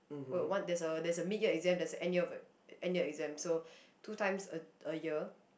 well one there's a there's a mid year exam there's a end of end year exam so two times a a year